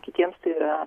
kitiems tai yra